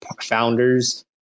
founders